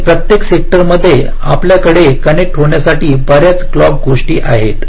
आणि प्रत्येक सेक्टरमध्ये आपल्याकडे कनेक्ट होण्यासाठी बर्याच क्लॉक गोष्टी आहेत